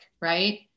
right